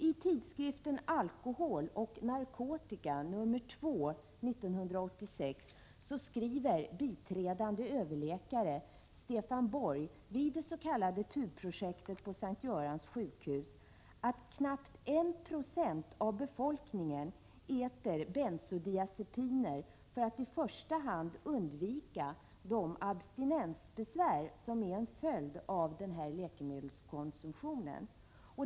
I tidskriften Alkohol och Narkotika nr 2 1986 skriver biträdande överläkare Stefan Borg vid det s.k. TUB-projektet på S:t Görans sjukhus att knappt 1 96 av befolkningen äter bensodiazepiner för att i första hand undvika de abstinensbesvär som är en följd av läkemedelskonsumtionen.